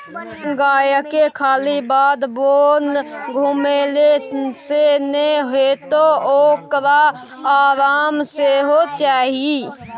गायके खाली बाध बोन घुमेले सँ नै हेतौ ओकरा आराम सेहो चाही